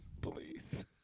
please